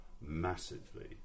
massively